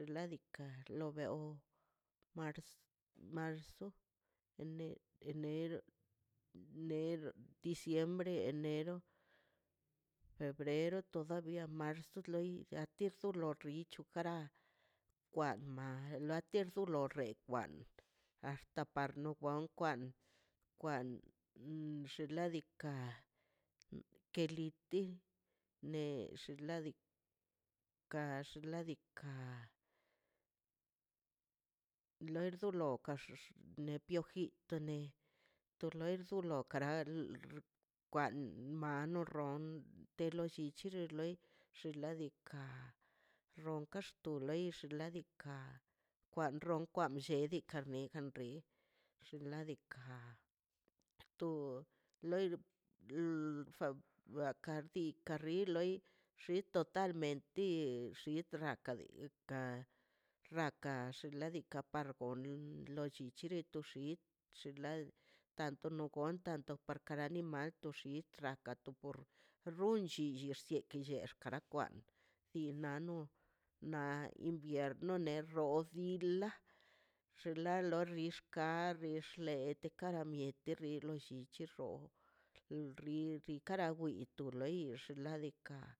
Xladika lo beo marzo enero diciembre enero febrero todavía marzo arti to lo rii nicho karai kwa mai la terdu lo red wan axta para no wan kwan kwan um xin ladika keliti ne xinladika ka xinladika lordo loka xdo ne piojito ne to lord ananeka nra kwan mano ron te lo llichi reloi xin ladika ronka xto leix kwan loi kwan lleli ka miekan riei xin ladika to loi lfafani rrika loi xi totalmente xitjan ka lei ka rrakax xin ladika par xgoṉ lo chichitle xin la tano gonta para kada animal toxitraka no runchi llichillex kara kwa inano na invierno ne nerroji la xinla lo xixka xixle kara mieti te lo llinchi dol rrinka kara win to lei ladika.